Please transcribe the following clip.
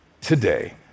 today